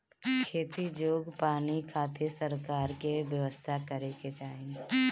खेती जोग पानी खातिर सरकार के व्यवस्था करे के चाही